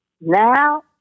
Now